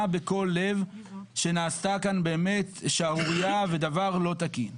בכל לב שנעשתה כאן באמת שערורייה ודבר לא תקין,